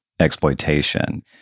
exploitation